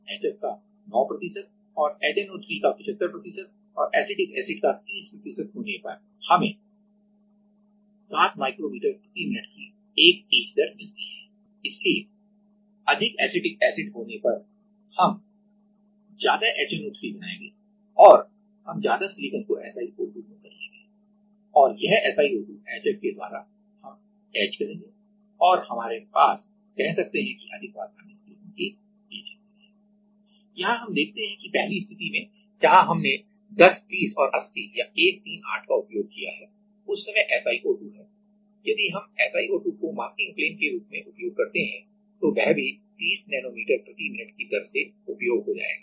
HF का 9 प्रतिशत और HNO3 का75 प्रतिशत और एसिटिक एसिड का 30 प्रतिशत होने पर हमें 7 माइक्रोमीटर प्रति मिनट की एक ईच दर मिलती है इसलिए अधिक एसिटिक एसिड होने पर हम ज्यादा HNO3 बनाएंगे और हम ज्यादा सिलिकॉन को SiO2 में बदलेंगे और और यह sio2 HFके द्वारा हम ईच करेंगे और हमारे पास कह सकते हैं की अधिक मात्रा में सिलिकॉन की इचिंग हुई यहां हम देखते हैं कि पहली स्थिति में जहां हमने 10 30 और 80 या 138 का उपयोग किया है उस समय SiO2 है यदि हम SiO2 को मास्किंग प्लेन के रूप में उपयोग करते हैं तो वह भी 30 नैनोमीटर प्रति मिनट की दर से उपयोग हो जाएगा